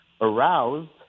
aroused